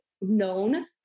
known